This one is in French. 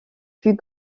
plus